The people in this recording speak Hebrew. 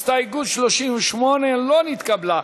הסתייגות 38 לא נתקבלה.